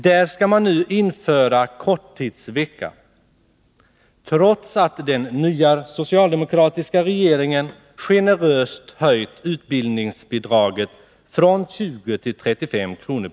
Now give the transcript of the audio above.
Där skall man nu införa korttidsvecka, trots att den nya socialdemokratiska regeringen generöst har höjt utbildningsbidraget från 25 till 35 kr.